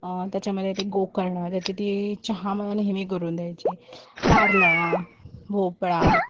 त्याच्यामध्ये ती गोकर्ण त्याची ती चहा मला नेहमी करून द्यायची कारलं भोपळा